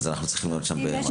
אנחנו צריכים להיות שם.